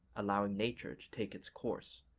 allowing nature to take its course.